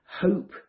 hope